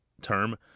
term